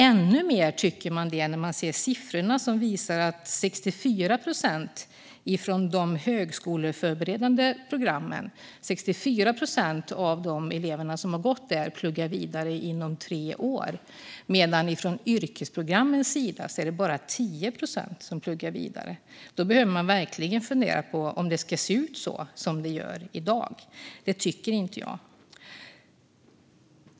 Ännu mer tycker man det när man ser siffrorna som visar att 64 procent av eleverna från de högskoleförberedande programmen pluggar vidare inom tre år medan det bara är 10 procent av eleverna från yrkesprogrammen som pluggar vidare. Man behöver verkligen fundera på om det ska se ut som det gör i dag. Det tycker inte jag.